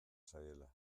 zaiela